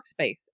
workspace